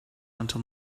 until